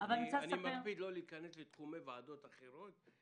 אני מקפיד לא להיכנס לתחומי ועדות אחרות.